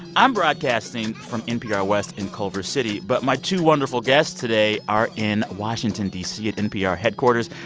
i'm broadcasting from npr west in culver city. but my two wonderful guests today are in washington, d c, at npr headquarters.